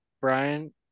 brian